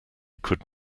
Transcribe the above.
could